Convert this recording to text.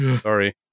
Sorry